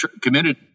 committed